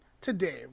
today